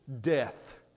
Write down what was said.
death